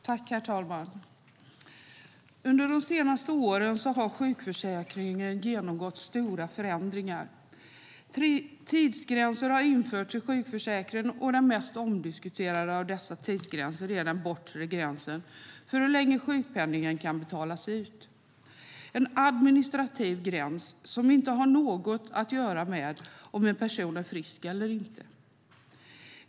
Herr talman! Under de senaste åren har sjukförsäkringen genomgått stora förändringar. Tidsgränser har införts i sjukförsäkringen, och den mest omdiskuterade av dessa tidsgränser är den bortre gränsen för hur länge sjukpenningen kan betalas ut. Det är en administrativ gräns, som inte har något att göra med om en person är frisk eller inte.